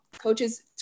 coaches